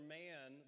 man